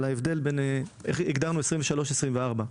על איך הגדרנו את 2023 ו-2024.